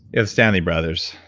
and stanley brothers.